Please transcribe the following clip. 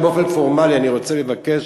רק באופן פורמלי אני רוצה לבקש